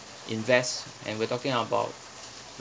invest and we're talking about